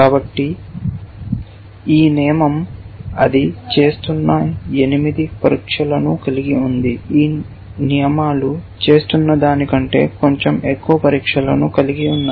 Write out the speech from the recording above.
కాబట్టి ఈ నియమం అది చేస్తున్న ఎనిమిది పరీక్షలను కలిగి ఉంది ఈ నియమాలు చేస్తున్నదానికంటే కొంచెం ఎక్కువ పరీక్షలను కలిగి ఉన్నాయి